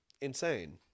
insane